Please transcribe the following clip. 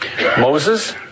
Moses